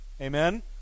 Amen